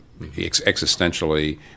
existentially